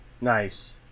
Nice